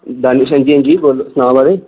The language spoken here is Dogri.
दानिश हां जी हां जी सनाओ महाराज